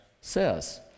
says